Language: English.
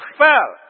fell